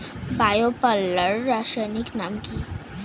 Bio পাল্লার রাসায়নিক নাম কি?